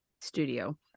studio